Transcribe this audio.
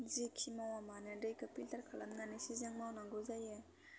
जिखि मावा मानो दैखौ फिल्टार खालामनानैसो जों मावनांगौ जायो